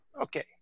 okay